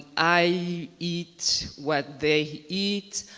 i eat what they eat.